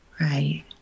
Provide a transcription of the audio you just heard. Right